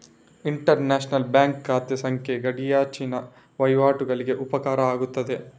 inter national bank ಖಾತೆ ಸಂಖ್ಯೆ ಗಡಿಯಾಚೆಗಿನ ವಹಿವಾಟುಗಳಿಗೆ ಉಪಕಾರ ಆಗ್ತದೆ